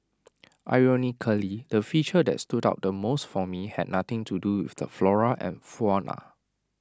ironically the feature that stood out the most for me had nothing to do with the flora and fauna